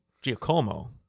giacomo